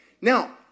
Now